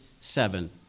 seven